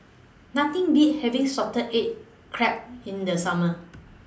Nothing Beats having Salted Egg Crab in The Summer